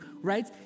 right